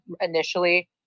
initially